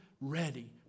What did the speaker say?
ready